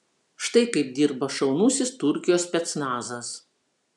štai kaip dirba šaunusis turkijos specnazas